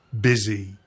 busy